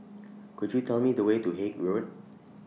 Could YOU Tell Me The Way to Haig Road